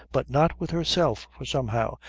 but not with herself, for somehow,